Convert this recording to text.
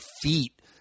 feet